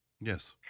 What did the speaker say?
Yes